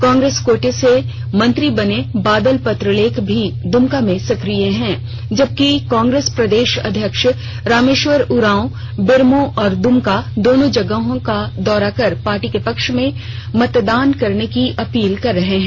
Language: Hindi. कांग्रेस कोटे से मंत्री बने बादल पत्रलेख भी दुमका में सकिय हैं जबकि कांग्रेस प्रदेश अध्यक्ष रामेश्वर उरांव बेरमो और दुमका दोनों जगह दौरा कर पार्टी के पक्ष में मतदान करने की अपील कर रहे हैं